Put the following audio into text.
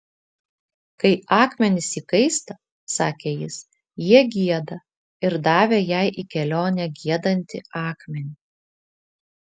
kai akmenys įkaista sakė jis jie gieda ir davė jai į kelionę giedantį akmenį